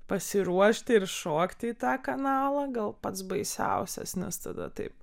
pasiruošti ir šokti į tą kanalą gal pats baisiausias nes tada taip